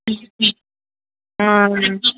ఆ